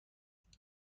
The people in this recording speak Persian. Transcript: دیدنت